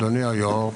אדוני היו"ר,